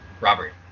Robert